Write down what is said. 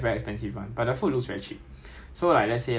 that kind per person so if you don't eat right you pay